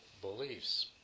beliefs